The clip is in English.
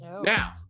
Now